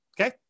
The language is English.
Okay